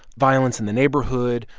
violence in the neighborhood,